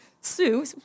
Sue